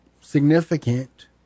significant